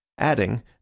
adding